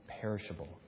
perishable